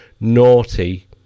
naughty